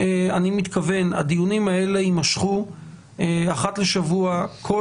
הדיונים האלה יימשכו אחת לשבוע כל